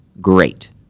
great